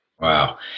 Wow